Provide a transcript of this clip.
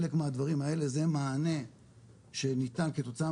חלק מהדברים האלה זה מענה שניתן כתוצאה